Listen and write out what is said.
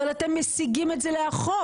אבל אתם מסיגים את זה לאחור.